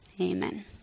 amen